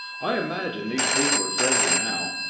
i imagine these people are friendly now,